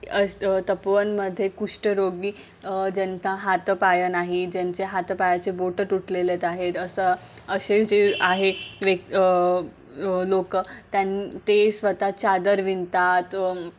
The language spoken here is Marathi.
अस तपोवन मध्ये कुष्ठरोगी ज्यांता हातं पाय नाही ज्यांचे हातं पायाचे बोटं तुटलेलेत आहेत असं अशे जे आहे वे लोकं त्यां ते स्वतः चादर विणतात